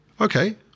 okay